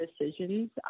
decisions